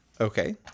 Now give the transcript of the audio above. okay